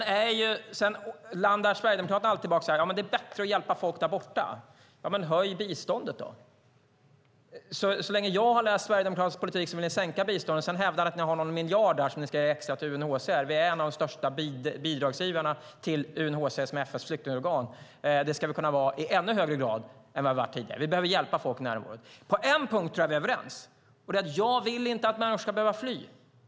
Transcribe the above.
Sverigedemokraterna landar alltid i att det är bättre att hjälpa folk där borta. Men höj biståndet då! Så länge jag studerat sverigedemokratisk politik har ni velat sänka biståndet. Sedan hävdar ni att ni har någon extra miljard som ni ska ge till UNHCR. Vi är en av de största bidragsgivarna till UNHCR, som är FN:s flyktingorgan, och det ska vi kunna vara i ännu högre grad än vad vi varit tidigare. Vi behöver hjälpa folk i närområdet. På en punkt tror jag att vi är överens. Jag vill inte att människor ska behöva fly.